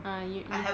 uh you you